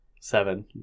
Seven